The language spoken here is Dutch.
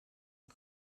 een